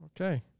Okay